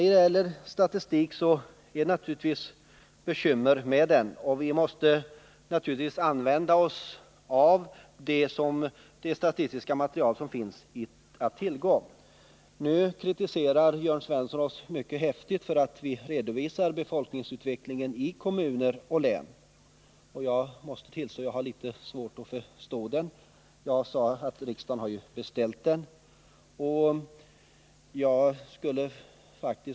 Detta med statistik är alltid besvärligt, men här måste vi naturligtvis använda oss av det statistiska material som finns att tillgå. Jörn Svensson kritiserar oss mycket häftigt för vår redovisning av befolkningsutvecklingen i kommuner och län. Jag har litet svårt att förstå den kritiken. Som jag tidigare sade har riksdagen beställt denna statistiska redovisning.